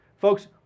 Folks